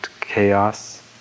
chaos